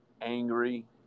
angry